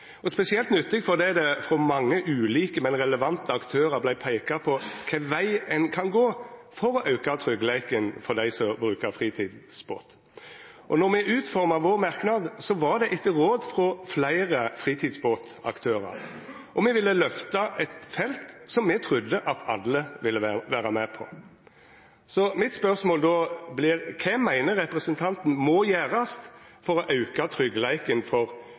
– spesielt nyttig fordi det frå mange ulike, men relevante aktørar vart peika på kva veg ein kan gå for å auka tryggleiken for dei som brukar fritidsbåt. Då me utforma vår merknad, var det etter råd frå fleire fritidsbåtaktørar. Me ville løfta eit felt som me trudde at alle ville vera med på. Mitt spørsmål vert då: Kva meiner representanten må gjerast for å auka tryggleiken for